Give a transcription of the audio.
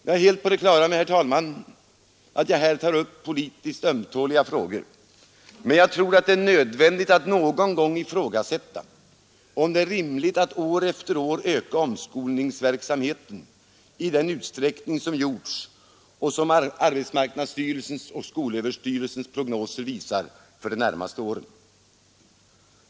Jag är helt på det klara med, herr talman, att jag här tar upp politiskt ömtåliga frågor, men jag tror det är nödvändigt att någon gång ifrågasätta, om det är rimligt att år efter år öka omskolningsverksamheten i den utsträckning som gjorts och som arbetsmarknadsstyrelsens och skolöverstyrelsens prognoser visar för de närmaste åren.